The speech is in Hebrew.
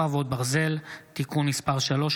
חרבות ברזל) (תיקון מס' 3),